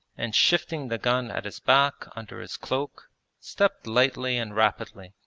and shifting the gun at his back under his cloak stepped lightly and rapidly,